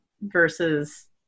versus